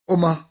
Oma